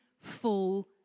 full